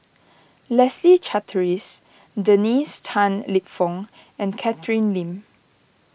Leslie Charteris Dennis Tan Lip Fong and Catherine Lim